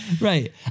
right